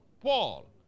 Paul